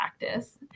practice